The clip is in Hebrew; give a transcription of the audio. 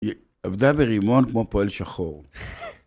היא עבדה ברימון כמו פועל שחור.